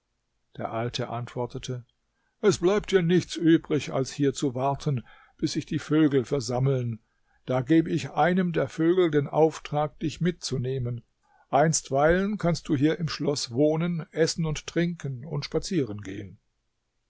der alte antwortete es bleibt dir nichts übrig als hier zu warten bis sich die vögel versammeln da gebe ich einem der vögel den auftrag dich mitzunehmen einstweilen kannst du hier im schloß wohnen essen und trinken und spazieren gehen